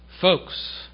Folks